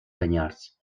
canyars